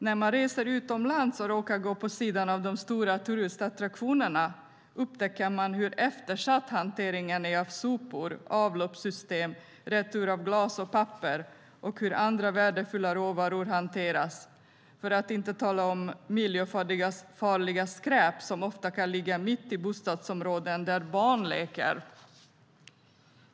När man reser utomlands och råkar gå på sidan av de stora turistattraktionerna upptäcker man hur eftersatt hanteringen är av sopor, avloppssystem, retur av glas och papper samt hur andra värdefulla råvaror hanteras, för att inte tala om miljöfarligt skräp som ofta kan ligga mitt i bostadsområden där barn leker.